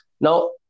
now